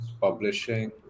publishing